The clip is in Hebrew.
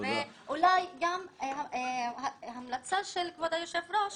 אולי גם המלצה של כבוד היושב-ראש